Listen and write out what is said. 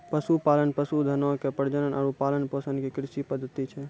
पशुपालन, पशुधनो के प्रजनन आरु पालन पोषण के कृषि पद्धति छै